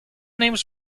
names